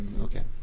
okay